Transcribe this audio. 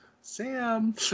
Sam